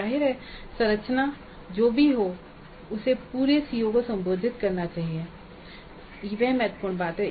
जाहिर है संरचना जो भी हो उसे पूरे सीओ को संबोधित करना चाहिए वह महत्वपूर्ण बात है